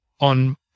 on